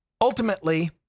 Ultimately